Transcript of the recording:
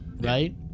Right